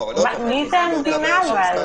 אבל מי זה המדינה?